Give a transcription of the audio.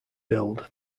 build